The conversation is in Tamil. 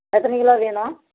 எத்தனி கிலோ வேணும்